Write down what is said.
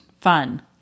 Fun